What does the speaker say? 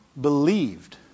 Believed